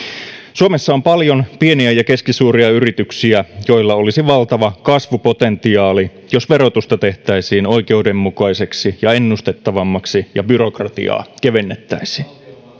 suomessa on paljon pieniä ja keskisuuria yrityksiä joilla olisi valtava kasvupotentiaali jos verotusta tehtäisiin oikeudenmukaiseksi ja ennustettavammaksi ja byrokratiaa kevennettäisiin